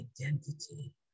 identity